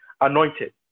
anointed